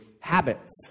habits